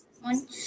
one